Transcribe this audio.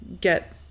get